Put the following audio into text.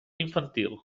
infantil